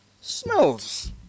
smells